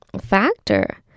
factor